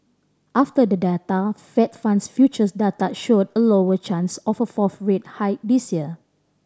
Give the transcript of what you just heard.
after the data Fed funds futures data showed a lower chance of a fourth rate hike this year